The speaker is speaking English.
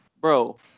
bro